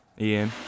Ian